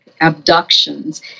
abductions